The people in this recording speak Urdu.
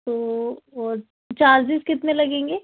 تو اور چارجز کتنے لگیں گے